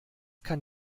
kann